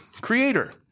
Creator